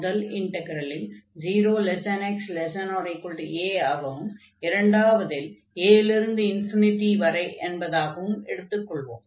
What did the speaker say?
முதல் இண்டக்ரலில் 0x≤a ஆகவும் இரண்டாவதில் a இல் இருந்து வரை என்பதாக எடுத்துக்கொள்வோம்